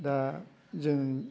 दा जों